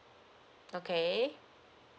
okay